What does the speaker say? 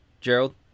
Gerald